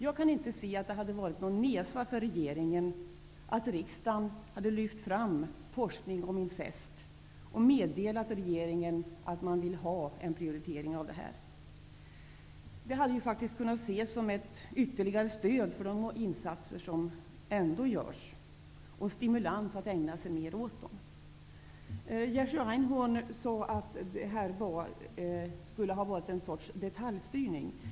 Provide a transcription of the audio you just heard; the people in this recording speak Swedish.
Jag kan inte se att det hade varit någon nesa för regeringen att riksdagen lyft fram forskning om incest och meddelat regeringen att man vill ha en prioritering av detta. Det hade kunnat ses som ett ytterligare stöd för de insatser som ändå görs och stimulans att ägna sig mer åt dem. Jerzy Einhorn sade att det skulle ha varit detaljstyrning.